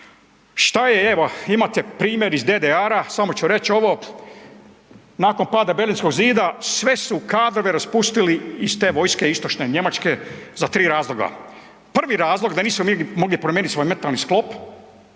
Šta je, evo imate primjer iz DDR-a, samo ću reć ovo, nakon pada Berlinskog zida, sve su kadrove raspustili iz te vojske istočne Njemačke za tri razloga, Prvi razlog da nisu nigdje mogli promijenit svoj mentalni sklop,